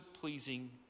pleasing